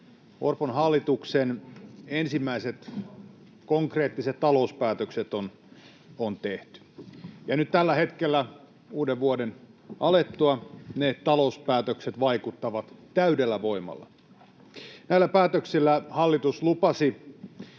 Orpon hallituksen ensimmäiset konkreettiset talouspäätökset on tehty, ja tällä hetkellä, uuden vuoden alettua, ne talouspäätökset vaikuttavat täydellä voimalla. Näillä päätöksillä hallitus lupasi